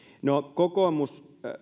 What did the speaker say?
kokoomus